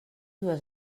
dues